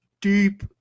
deep